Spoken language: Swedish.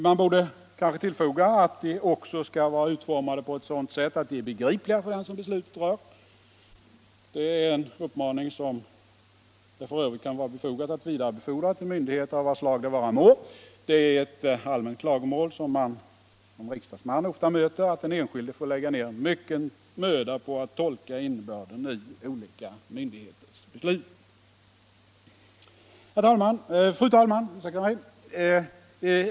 Man borde kanske tillfoga att de också skall vara utformade på ett sådant sätt att de är begripliga för den som beslutet rör. Det är en upp maning som det f. ö. kan vara befogat att vidarebefordra till myndigheter av vad slag de vara må. Det är ett allmänt klagomål som man som riksdagsman ofta möter att den enskilde får lägga ner mycken möda på att tolka innebörden i olika myndigheters beslut. Fru talman!